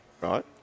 Right